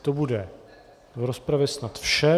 To bude v rozpravě snad vše.